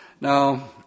Now